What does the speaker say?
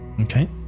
okay